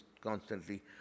constantly